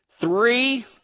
Three